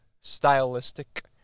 stylistic